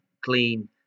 clean